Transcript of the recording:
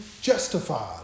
justified